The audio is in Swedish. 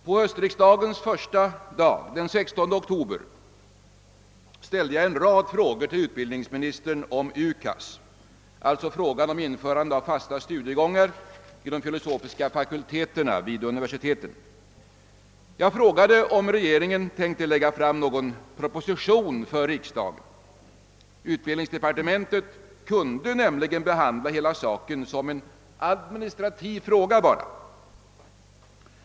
På höstriksdagens första dag, den 16 oktober, ställde jag en rad frågor till utbildningsministern om UKAS, alltså om införande av fasta studiegångar för de filosofiska fakulteterna vid universiteten. Jag frågade om regeringen tänkte lägga fram någon pro position för riksdagen. Utbildningsdepartementet hade nämligen möjlighet att behandla detta som en administrativ fråga.